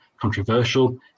controversial